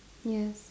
yes